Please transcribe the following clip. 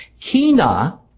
Kina